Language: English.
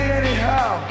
anyhow